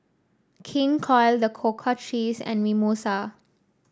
King Koil The Cocoa Trees and Mimosa